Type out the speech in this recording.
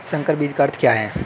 संकर बीज का अर्थ क्या है?